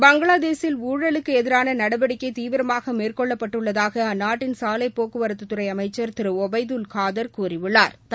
பங்ளாதேஷில் ஊழலுக்கு எதிராள நடவடிக்கை தீவிரமாக மேற்கொள்ளப்பட்டுள்ளதாக அந்நாட்டின் சாலை போக்குவரத்துத் துறை அமைச்சா் திரு ஒபைதுல் காதா் கூறியுள்ளாா்